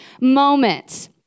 moments—